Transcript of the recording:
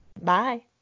Bye